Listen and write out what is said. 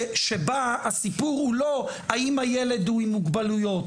שבה הסיפור הוא לא האם הילד הוא עם מוגבלויות,